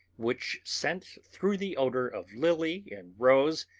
which sent, through the odour of lily and rose,